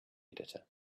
editor